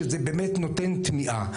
שזה באמת נותן תמיהה.